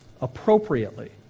appropriately